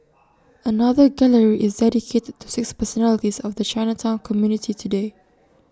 another gallery is dedicated to six personalities of the Chinatown community today